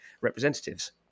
representatives